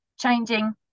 changing